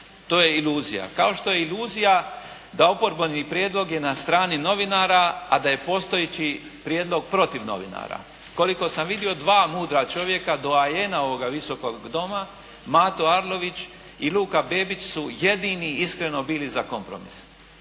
To je iluzija. Kao što je iluzija da oporbeni prijedlog je na strani novinara, a da je postojeći prijedlog protiv novinara. Koliko sam vidio dva mudra čovjeka, doajena ovoga Visokog doma Mato Arlović i Luka Bebić su jedini iskreno bili za kompromis.